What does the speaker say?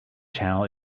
channel